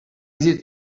easier